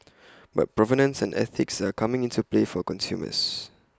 but provenance and ethics are coming into play for consumers